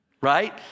right